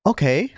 Okay